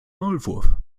maulwurf